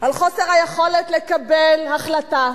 על חוסר היכולת לקבל החלטה